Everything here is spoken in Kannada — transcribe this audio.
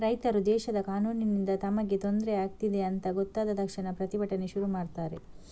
ರೈತರು ದೇಶದ ಕಾನೂನಿನಿಂದ ತಮಗೆ ತೊಂದ್ರೆ ಆಗ್ತಿದೆ ಅಂತ ಗೊತ್ತಾದ ತಕ್ಷಣ ಪ್ರತಿಭಟನೆ ಶುರು ಮಾಡ್ತಾರೆ